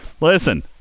Listen